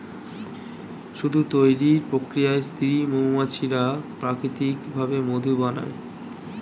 মধু তৈরির প্রক্রিয়ায় স্ত্রী মৌমাছিরা প্রাকৃতিক ভাবে মধু বানায়